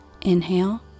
inhale